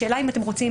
השאלה אם אתם רוצים